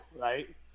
right